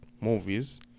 movies